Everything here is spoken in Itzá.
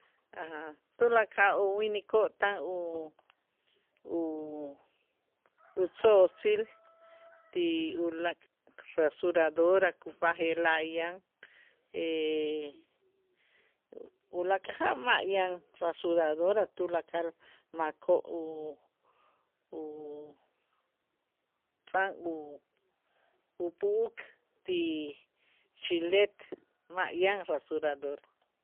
Tulakal uwinikoo' tan u- u- utzo'otzil ti ulaak' rasuradora kub'aje'laj yan ulaak' jaab' ma' yan resuradora tulakal makoo' u- utz'a' u- upu'uk ti xilet ma' yan rasuradora.